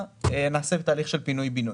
שהוא מבקש לעשות תהליך של פינוי-בינוי.